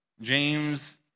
James